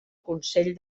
consell